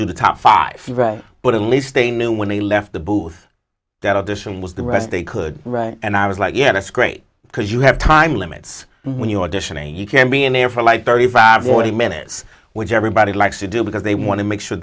do the top five but at least they knew when they left the booth that addition was the rest they could write and i was like yeah that's great because you have time limits when you audition and you can be in there for like thirty five forty minutes which everybody likes to do because they want to make sure